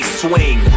swing